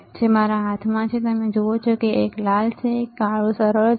જે મારા હાથમાં છે તમે જુઓ છો એક લાલ છે એક કાળો સરળ છે